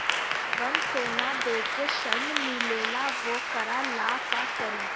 जवन सोना दे के ऋण मिलेला वोकरा ला का करी?